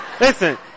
listen